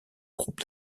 groupe